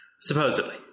Supposedly